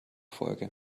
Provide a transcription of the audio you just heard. folge